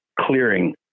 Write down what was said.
clearing